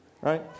right